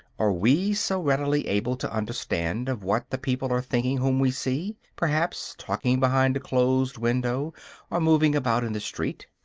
are we so readily able to understand of what the people are thinking whom we see, perhaps, talking behind a closed window or moving about in the street?